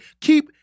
keep